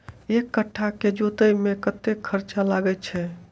एक कट्ठा केँ जोतय मे कतेक खर्चा लागै छै?